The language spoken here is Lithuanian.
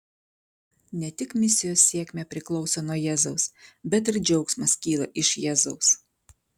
ne tik misijos sėkmė priklauso nuo jėzaus bet ir džiaugsmas kyla iš jėzaus